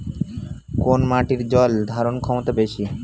কোন মাটির জল ধারণ ক্ষমতা বেশি?